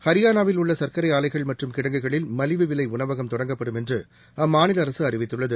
ஹரியானாவில் உள்ள சர்க்கரை ஆலைகள் மற்றும் கிடங்குகளில் மலிவு விலை உணவகம் தொடங்கப்படும் என்று அம்மாநில அரசு அறிவித்துள்ளது